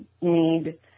need